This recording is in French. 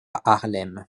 haarlem